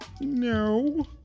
No